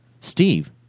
Steve